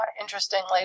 interestingly